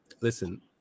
listen